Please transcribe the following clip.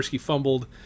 fumbled